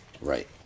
Right